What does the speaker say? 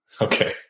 Okay